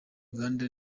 uganda